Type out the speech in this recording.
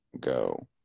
go